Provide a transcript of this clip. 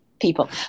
people